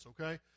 okay